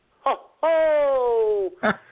Ho-ho